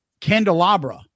candelabra